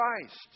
Christ